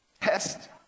test